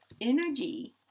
energy